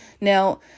Now